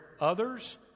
others